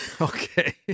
Okay